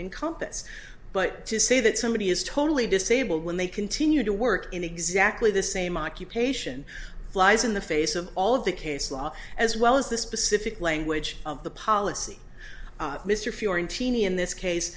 encompass but to say that somebody is totally disabled when they continue to work in exactly the same occupation flies in the face of all of the case law as well as the specific language of the policy mr fiorentina in this case